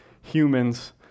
Humans